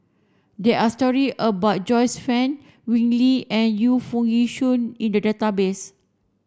there are story about Joyce Fan Wee Lin and Yu Foo Yee Shoon in the database